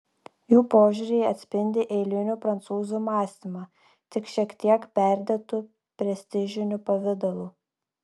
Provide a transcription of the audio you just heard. jų požiūriai atspindi eilinių prancūzų mąstymą tik šiek tiek perdėtu prestižiniu pavidalu